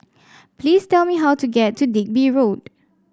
please tell me how to get to Digby Road